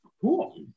cool